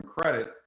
credit